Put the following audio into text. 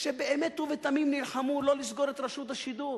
שבאמת ובתמים נלחמו לא לסגור את רשות השידור.